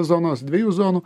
zonos dviejų zonų